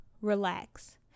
relax